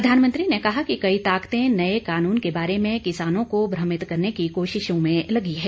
प्रधानमंत्री ने कहा कि कई ताकतें नए कानून के बारे में किसानों को भ्रमित करने की कोशिशों में लगी है